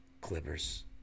Clippers